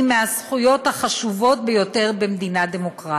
מהזכויות החשובות ביותר במדינה דמוקרטית,